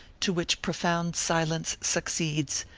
to which profound silence succeeds,